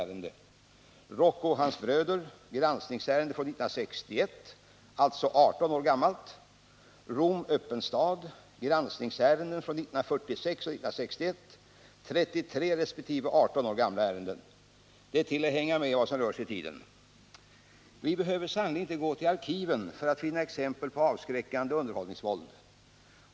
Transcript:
Rocco och hans bröder — granskningsärende från 1961, dvs. 18 år gammalt. Rom öppen stad — granskningsärenden från 1946 och 1961, 33 resp. 18 år gamla. Det är till att hänga med i vad som rör sig i tiden. Vi behöver sannerligen inte gå till arkiven för att finna exempel på avskräckande underhållningsvåld.